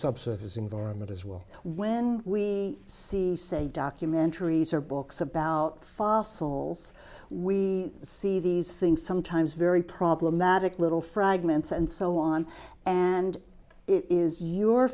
subsurface environment as well when we see say documentaries or books about fossils we see these things sometimes very problematic little fragments and so on and it is your